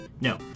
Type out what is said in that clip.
No